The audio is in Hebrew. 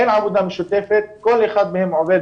אין עבודה משותפת וכל אחד מהם עובד